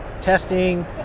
testing